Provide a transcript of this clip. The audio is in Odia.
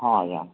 ହଁ ଆଜ୍ଞା